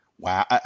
Wow